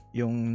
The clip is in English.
yung